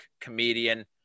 comedian